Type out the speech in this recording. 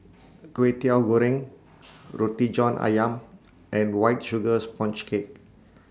Kwetiau Goreng Roti John Ayam and White Sugar Sponge Cake